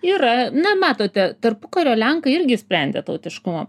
yra na matote tarpukario lenkai irgi sprendė tautiškumo